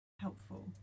helpful